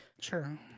Sure